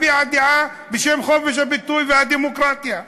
הביעה דעה בשם חופש הביטוי והדמוקרטיה.